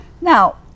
Now